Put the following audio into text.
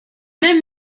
même